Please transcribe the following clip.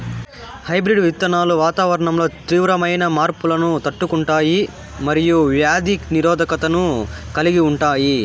hybrid విత్తనాలు వాతావరణంలో తీవ్రమైన మార్పులను తట్టుకుంటాయి మరియు వ్యాధి నిరోధకతను కలిగి ఉంటాయి